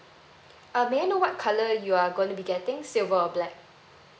uh may I know what colour you are going to be getting silver or black